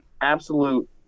absolute